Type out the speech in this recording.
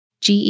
GE